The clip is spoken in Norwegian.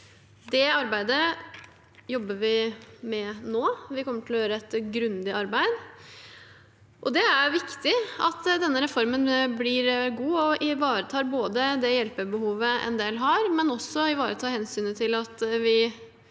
Det jobber vi med nå, og vi kommer til å gjøre et grundig arbeid. Det er viktig at denne reformen blir god og ivaretar det hjelpebehovet en del har, men også ivaretar hensynet til at vi